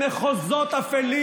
אנחנו רואים היטב לאיזה מחוזות אפלים,